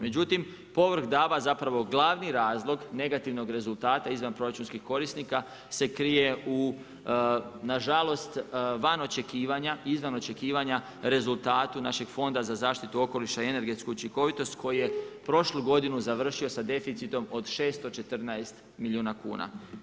Međutim, povrh DAB-a zapravo glavni razlog negativnog rezultata izvanproračunski korisnika se krije nažalost van očekivanja, izvanočekivanja rezultatu našeg Fonda za zašitutu okoliša i energetsku učinkovitost koji je prošlu godinu završio sa deficitom od 614 milijuna kuna.